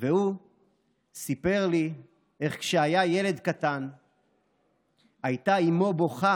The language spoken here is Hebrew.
הוא סיפר לי איך כשהיה ילד קטן הייתה אימו בוכה